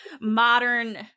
Modern